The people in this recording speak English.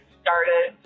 started